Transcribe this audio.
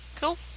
Cool